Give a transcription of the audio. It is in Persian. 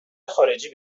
خارجی